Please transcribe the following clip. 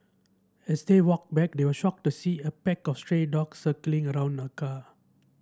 as they walked back they were shocked to see a pack of stray dogs circling around the car